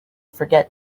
forget